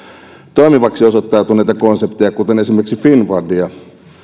toimivaksi osoittautuneita konsepteja kuten esimerkiksi finnfundia